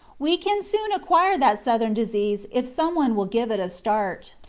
we can soon acquire that southern disease if some one will give it a start.